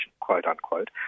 quote-unquote